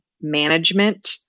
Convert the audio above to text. management